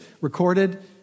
recorded